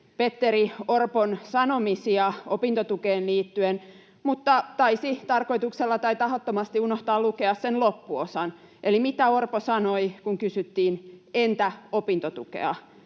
Petteri Orpon sanomisia opintotukeen liittyen mutta taisi tarkoituksella tai tahattomasti unohtaa lukea sen loppuosan eli sen, mitä Orpo sanoi, kun kysyttiin ”entä opintotukea”: